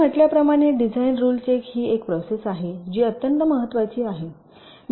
मी म्हटल्याप्रमाणे design rule check ही एक प्रोसेस आहे जी अत्यंत महत्त्वाची आहे